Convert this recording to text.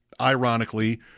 ironically